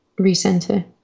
recenter